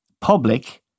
public